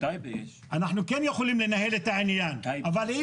אנחנו כן יכולים לנהל את העניין אבל אי